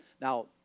Now